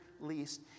least